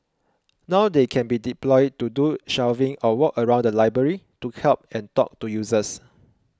now they can be deployed to do shelving or walk around the library to help and talk to users